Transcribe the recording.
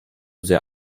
sehr